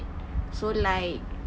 so like